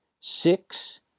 six